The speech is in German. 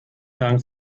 dank